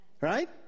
Right